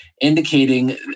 indicating